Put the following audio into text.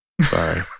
Sorry